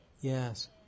yes